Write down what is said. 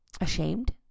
ashamed